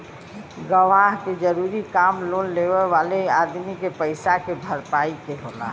गवाह के जरूरी काम लोन लेवे वाले अदमी के पईसा के भरपाई के होला